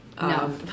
No